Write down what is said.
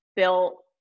built